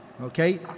Okay